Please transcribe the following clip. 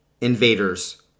invaders